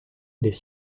des